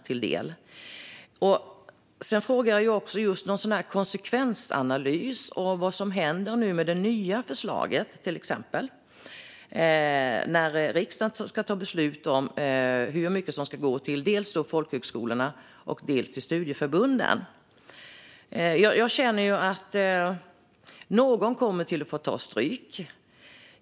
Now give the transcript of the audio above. Jag efterlyser också en konsekvensanalys av vad som händer nu med det nya förslaget, när riksdagen ska ta beslut om hur mycket som ska gå till dels folkhögskolorna, dels studieförbunden. Jag känner att någon kommer att få ta stryk.